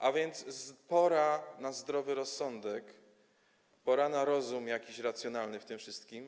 A więc pora na zdrowy rozsądek, pora na rozum jakiś racjonalny w tym wszystkim.